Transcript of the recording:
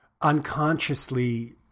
unconsciously